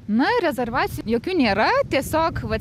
na rezervacijų jokių nėra tiesiog va